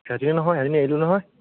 সেইজনী নহয় সেইজনী এৰিলোঁ নহয়